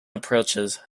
approaches